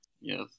yes